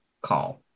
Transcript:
call